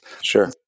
Sure